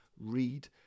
Read